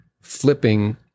flipping